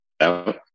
out